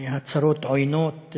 הצהרות עוינות,